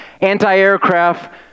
Anti-aircraft